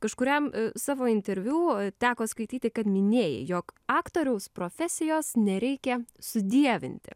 kažkuriam savo interviu teko skaityti kad minėjai jog aktoriaus profesijos nereikia sudievinti